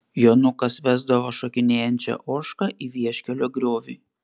jonukas vesdavo šokinėjančią ožką į vieškelio griovį